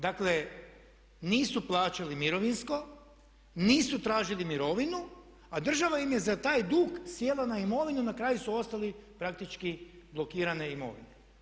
Dakle nisu plaćali mirovinsko, nisu tražili mirovinu a država im je za taj dug sjela na imovinu na kraju su ostali praktički blokirane imovine.